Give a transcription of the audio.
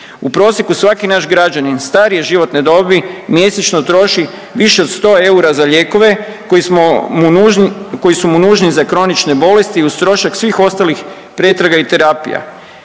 U prosjeku svaki naš građanin starije životne dobi mjesečno troši više od 100 eura za lijekove koje smo mu nužni, koji su mu nužni za kronične bolesti i uz trošak svih ostalih pretraga i terapija.